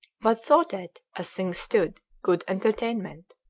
but thought it, as things stood, good entertainment.